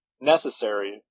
necessary